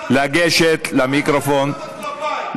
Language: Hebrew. למה עליי אתה צועק,